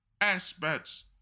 aspects